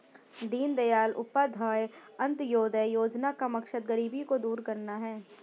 दीनदयाल उपाध्याय अंत्योदय योजना का मकसद गरीबी को दूर करना है